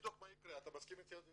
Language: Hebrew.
מה יקרה בחצי השנה הקרובה.